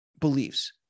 beliefs